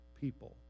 people